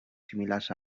similars